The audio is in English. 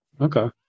Okay